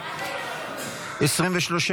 להעביר את הצעת